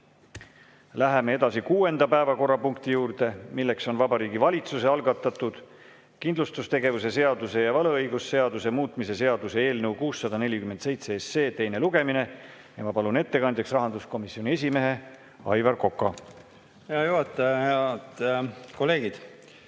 Läheme edasi kuuenda päevakorrapunkti juurde, milleks on Vabariigi Valitsuse algatatud kindlustustegevuse seaduse ja võlaõigusseaduse muutmise seaduse eelnõu 647 teine lugemine. Ma palun ettekandjaks rahanduskomisjoni esimehe Aivar Koka. Läheme edasi kuuenda